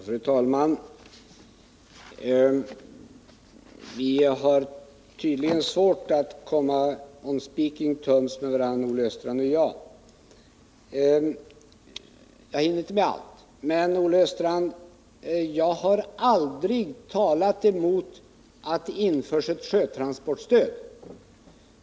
Fru talman! Vi har tydligen svårt att komma ”on speaking terms” med varandra, Olle Östrand och jag. Jag hinner inte bemöta allt, men jag har, Olle Östrand, aldrig talat mot att det införs ett sjötransportstöd.